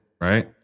right